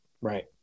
Right